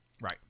Right